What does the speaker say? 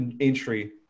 entry